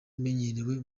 imenyerewe